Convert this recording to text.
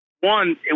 One